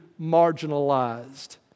marginalized